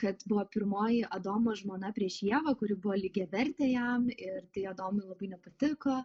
kad buvo pirmoji adomo žmona prieš ievą kuri buvo lygiavertė jam ir tai adomui labai nepatiko